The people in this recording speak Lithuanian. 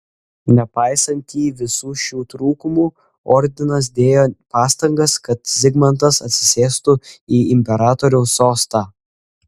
nepaisantį visų šių trūkumų ordinas dėjo pastangas kad zigmantas atsisėstų į imperatoriaus sostą